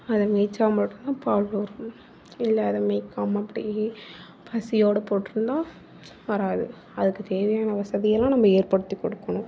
அதை மேய்த்தா மட்டும்தான் பால் வரும் இல்லை அதை மேய்க்காமல் அப்படியே பசியோடு போட்டிருந்தா வராது அதுக்கு தேவையான வசதியெல்லாம் நம்ம ஏற்படுத்தி கொடுக்கணும்